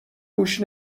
گوش